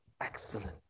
excellent